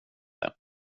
det